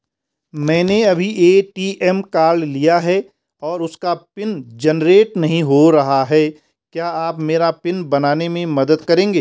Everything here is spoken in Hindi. मैंने अभी ए.टी.एम कार्ड लिया है और उसका पिन जेनरेट नहीं हो रहा है क्या आप मेरा पिन बनाने में मदद करेंगे?